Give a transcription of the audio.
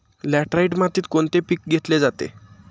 Laterite मातीत कोणते पीक घेतले जाते?